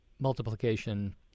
Multiplication